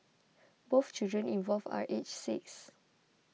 both children involved are aged six